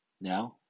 Now